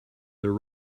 their